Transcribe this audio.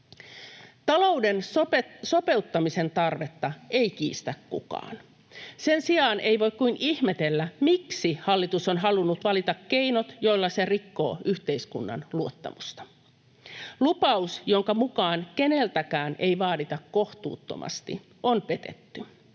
Talouden sopeuttamisen tarvetta ei kiistä kukaan. Sen sijaan ei voi kuin ihmetellä, miksi hallitus on halunnut valita keinot, joilla se rikkoo yhteiskunnan luottamusta. Lupaus, jonka mukaan keneltäkään ei vaadita kohtuuttomasti, on petetty.